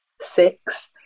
six